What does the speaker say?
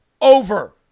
over